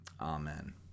Amen